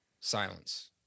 silence